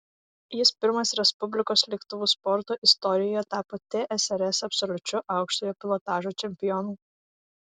jis pirmas respublikos lėktuvų sporto istorijoje tapo tsrs absoliučiu aukštojo pilotažo čempionu